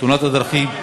תאונות הדרכים,